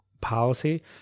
policy